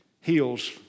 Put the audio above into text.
heals